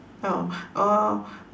oh or